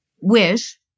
wish